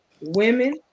women